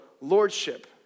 lordship